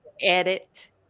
edit